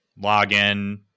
login